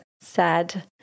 sad